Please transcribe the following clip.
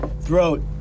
Throat